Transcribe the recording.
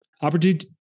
Opportunity